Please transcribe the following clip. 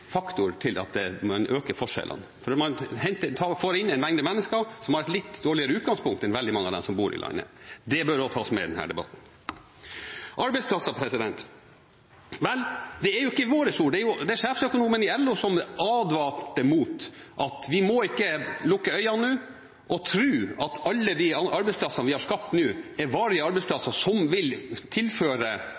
faktor til at forskjellene øker. Man får inn en mengde mennesker som har et litt dårligere utgangspunkt enn mange av dem som bor i landet. Det bør også tas med i denne debatten. Så gjelder det arbeidsplasser. Vel, det er ikke våre ord – det var sjefsøkonomen i LO som advarte mot å lukke øynene og tro at alle arbeidsplassene vi har skapt nå, er varige arbeidsplasser som vil tilføre